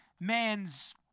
man's